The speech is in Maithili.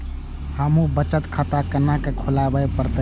हमू बचत खाता केना खुलाबे परतें?